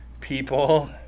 people